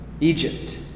Egypt